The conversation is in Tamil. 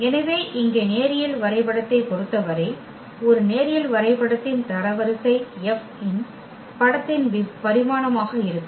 எனவே இங்கே நேரியல் வரைபடத்தைப் பொறுத்தவரை ஒரு நேரியல் வரைபடத்தின் தரவரிசை F இன் படத்தின் பரிமாணமாக இருக்கும்